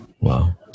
Wow